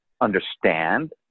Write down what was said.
understand